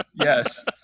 Yes